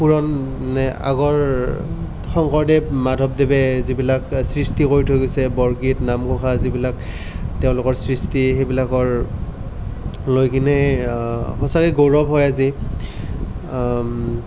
পুৰণ নে আগৰ শংকদেৱ মাধৱদেৱে যিবিলাক সৃষ্টি কৰি থৈ গৈছে বৰগীত নামঘোষা যিবিলাক তেওঁলোকৰ সৃষ্টি সেইবিলাকৰ লৈ কিনে সঁচাকৈ গৌৰৱ হয় আজি